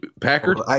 Packard